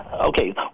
Okay